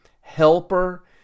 helper